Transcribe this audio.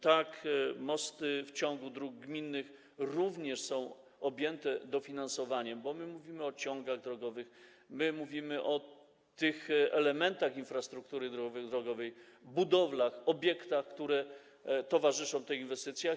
Tak, mosty w ciągu dróg gminnych również są objęte dofinansowaniem, bo my mówimy o ciągach drogowych, my mówimy o tych elementach infrastruktury drogowej, budowlach, obiektach, które towarzyszą tej inwestycji.